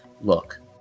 look